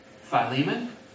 Philemon